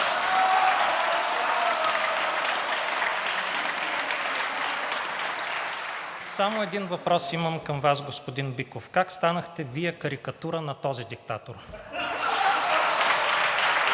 Само един въпрос имам към Вас, господин Биков, как станахте Вие карикатура на този диктатор?